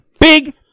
Big